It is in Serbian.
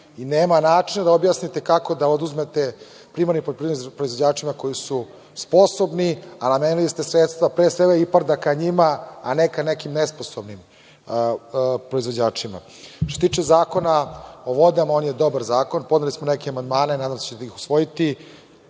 Nema načina da objasnite kako da oduzmete primarnim poljoprivrednim proizvođačima koji su sposobni, a namenili ste sredstva pre svega IPARD ka njima, a ne ka nekim nesposobnim proizvođačima. Što se tiče Zakona o vodama, on je dobar zakon. Podneli smo neke amandmane i nadam se da ćete ih usvojiti.